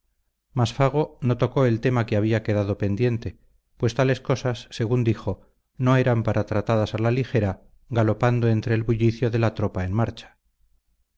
mas fago no tocó el tema que había quedado pendiente pues tales cosas según dijo no eran para tratadas a la ligera galopando entre el bullicio de la tropa en marcha